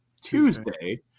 Tuesday